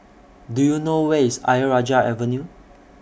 Do YOU know Where IS Ayer Rajah Avenue